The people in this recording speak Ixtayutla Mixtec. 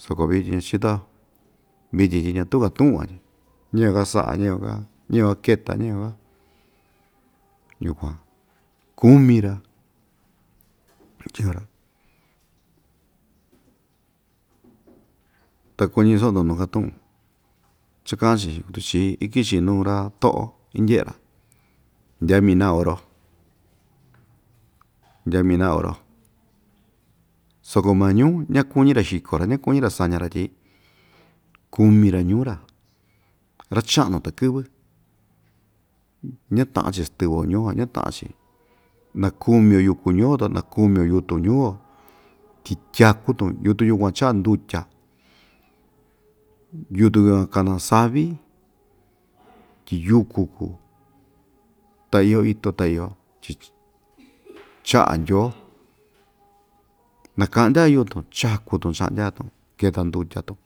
soko vityin ñachito‑yo vityin tyi ñatu‑ka tu'un van tyi ñayo‑ka sa'a ñayoo‑ka ñayo‑ka keta ñayo‑ka yukuan kumi‑ra ta kuñi so'o‑ndo nuu‑ka tu'un cha ka'an‑chi tuchí iki‑chi nuu ra‑to'o indye'e‑ra ndyaa mina oro ndya mina oro soko maa ñuu ñakuñi‑ra xiko‑ra ñakuñi‑ra saña‑ra tyi kumi‑ra ñuu‑ra ra‑cha'nu takɨ́vɨ ñata'an‑chi stɨvɨo ñuuo ñata'an‑chi nakumi‑yo yuku ñuu‑yo ta nakumi‑yo yutun ñuu‑yo tyi tyaku‑tun yutun yukuan cha'a ndutya yutun yukuan kana savi tyi yuku kuu ta iyo itu ta iyo tyi cha'a ndyoo naka'ndya‑yo yutun chakutun cha'ndya‑yo tun keta ndutya‑tun.